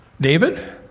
David